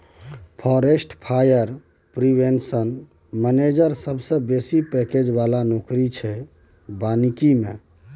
forest fire prevention manager सबसँ बेसी package बला नौकरी छै बानिकी मे